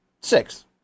Six